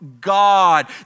God